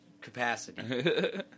capacity